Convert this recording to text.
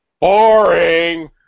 boring